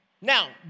Now